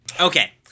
Okay